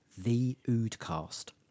theoodcast